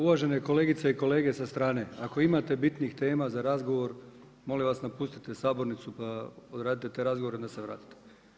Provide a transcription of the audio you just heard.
Uvažene kolegice i kolege sa strane, ako imate bitnih tema za razgovor molim vas napustite sabornicu pa odradite te razgovore, onda se vratite.